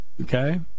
okay